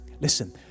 listen